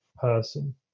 person